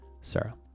Sarah